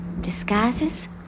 Disguises